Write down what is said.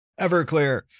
Everclear